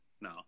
No